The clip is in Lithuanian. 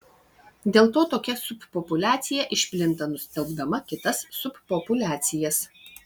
dėl to tokia subpopuliacija išplinta nustelbdama kitas subpopuliacijas